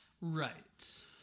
right